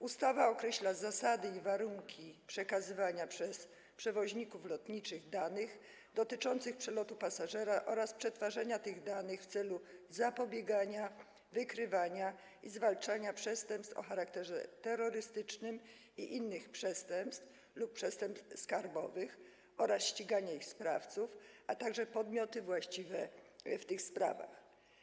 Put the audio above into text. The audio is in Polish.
Ustawa określa zasady i warunki przekazywania przez przewoźników lotniczych danych dotyczących przelotu pasażera oraz przetwarzania tych danych w celu zapobiegania, wykrywania i zwalczania przestępstw o charakterze terrorystycznym i innych przestępstw lub przestępstw skarbowych oraz ścigania ich sprawców, a także podmioty właściwe w tych sprawach.